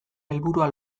helburua